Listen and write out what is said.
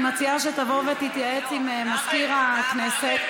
אני מציעה שתבוא ותתייעץ עם מזכיר הכנסת.